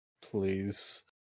Please